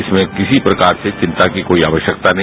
इसमें किसी प्रकार से चिंता की कोई आवश्यकता नहीं